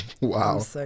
Wow